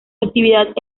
actividad